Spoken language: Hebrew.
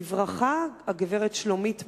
בברכה, הגברת שלומית מור.